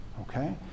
okay